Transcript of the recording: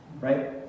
right